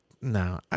no